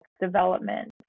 development